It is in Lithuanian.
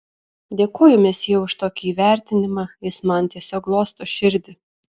dėkoju mesjė už tokį įvertinimą jis man tiesiog glosto širdį